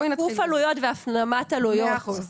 שיקוף עלויות והפנמת עלויות,